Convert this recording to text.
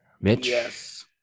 Mitch